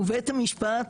ובית המשפט